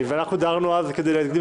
הצבענו והייתה